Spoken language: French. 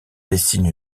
dessine